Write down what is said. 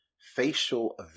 facial